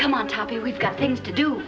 come on top you've got things to do